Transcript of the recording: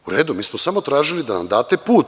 U redu, mi smo samo tražili da nam date put.